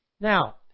Now